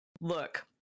Look